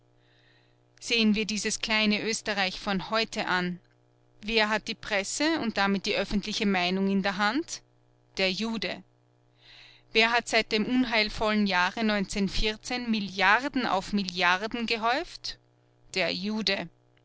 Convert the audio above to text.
sehen wir dieses kleine oesterreich von heute an wer hat die presse und damit die öffentliche meinung in der hand der jude wer hat seit dem unheilvollen jahre milliarden auf milliarden gehäuft der jude